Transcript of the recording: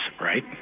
Right